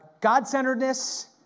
God-centeredness